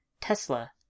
Tesla